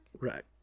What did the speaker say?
Right